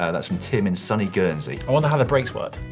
ah that's from tim in sunny guernsey. i wonder how their brakes worked.